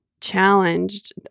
challenged